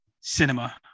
Cinema